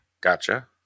Gotcha